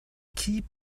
keep